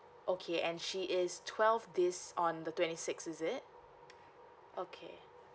okay and she is twelve this on the twenty six is it okay